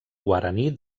guaraní